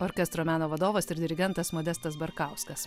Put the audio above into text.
orkestro meno vadovas ir dirigentas modestas barkauskas